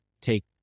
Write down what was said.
take